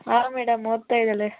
ಹಾಂ ಮೇಡಮ್ ಓದ್ತಾ ಇದ್ದಾಳೆ